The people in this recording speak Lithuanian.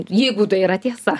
jeigu tai yra tiesa